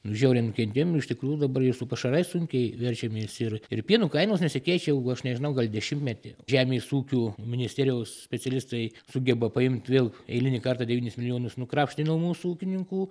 žiauriai nukentėjom iš tikrųjų dabar ir su pašarais sunkiai verčiamės ir ir pieno kainos nesikeičia jau aš nežinau gal dešimtmetį žemės ūkio ministerijos specialistai sugeba paimt vėl eilinį kartą devynis milijonus nukrapštė nuo mūsų ūkininkų